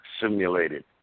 Simulated